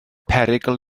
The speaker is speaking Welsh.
perygl